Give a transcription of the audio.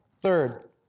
Third